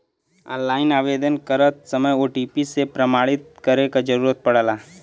online आवेदन करत समय ओ.टी.पी से प्रमाणित करे क जरुरत पड़ला